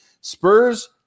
Spurs